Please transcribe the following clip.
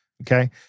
Okay